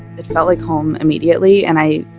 it felt like home immediately, and i,